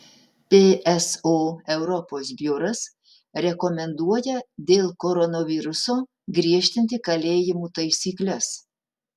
pso europos biuras rekomenduoja dėl koronaviruso griežtinti kalėjimų taisykles